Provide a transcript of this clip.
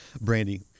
Brandy